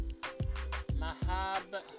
Mahab